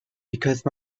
because